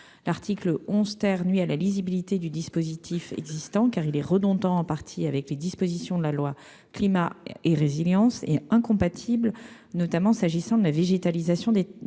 l'article 11 terre nuit à la lisibilité du dispositif existant, car il est redondant en partie avec les dispositions de la loi climat et résilience est incompatible, notamment s'agissant de la végétalisation des des